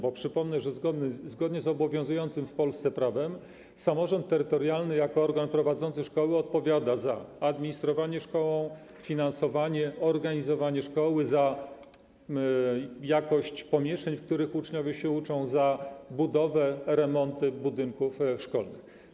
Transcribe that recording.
Bo przypomnę, że zgodnie z obowiązującym w Polsce prawem samorząd terytorialny jako organ prowadzący szkoły odpowiada za: administrowanie szkołą, finansowanie, organizowanie szkoły, za jakość pomieszczeń, w których uczniowie się uczą, za budowę, remonty budynków szkolnych.